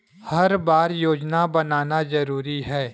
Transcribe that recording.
हर बार योजना बनाना जरूरी है?